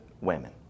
women